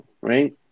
Right